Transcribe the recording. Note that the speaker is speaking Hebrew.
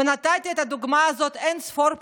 ונתתי את הדוגמה הזאת אין-ספור פעמים,